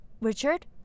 Richard